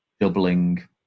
doubling